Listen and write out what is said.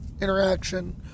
interaction